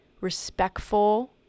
respectful